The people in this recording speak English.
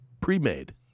pre-made